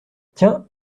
tiens